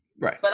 Right